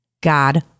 God